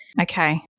Okay